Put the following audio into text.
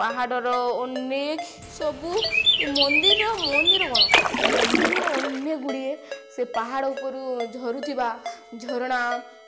ପାହାଡ଼ର ଅନେକ ସବୁ ଏ ମନ୍ଦିରର ମନ୍ଦିର କ'ଣ ମନ୍ଦିର ଅନେକ ଗୁଡ଼ିଏ ସେ ପାହାଡ଼ ଉପରୁ ଝରୁଥିବା ଝରଣା